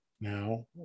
Now